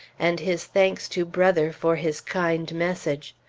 and his thanks to brother for his kind message.